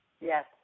yes